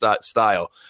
style